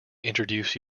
introduce